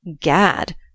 Gad